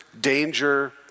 danger